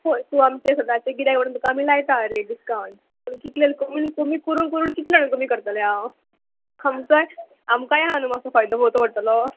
पळय तूं आमचें सदांचें गिरायक म्हणोन तुका आमी लायता रेट डिस्कावंट तुमी कितलें कमी कमी करून करून कितले जाण कमी करतलें हांव खंयचो आमकांय आहा न्हू मातसो फायदो पळोवोचो पडटलो